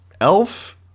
Elf